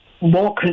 more